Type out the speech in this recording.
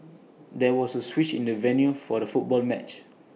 there was A switch in the venue for the football match